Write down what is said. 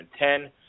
2010